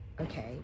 okay